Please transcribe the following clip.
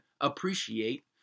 appreciate